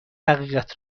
حقیقت